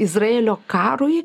izraelio karui